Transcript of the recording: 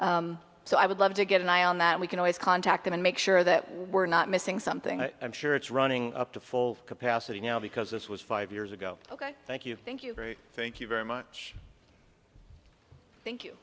so i would love to get an eye on that we can always contact them and make sure that we're not missing something i'm sure it's running up to full capacity now because this was five years ago ok thank you thank you very think you very much thank